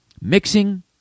mixing